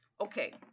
Okay